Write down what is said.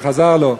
שחזר לו,